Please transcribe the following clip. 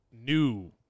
new